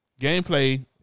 gameplay